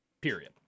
period